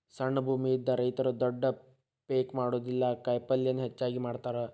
ಸಣ್ಣ ಭೂಮಿ ಇದ್ದ ರೈತರು ದೊಡ್ಡ ಪೇಕ್ ಮಾಡುದಿಲ್ಲಾ ಕಾಯಪಲ್ಲೇನ ಹೆಚ್ಚಾಗಿ ಮಾಡತಾರ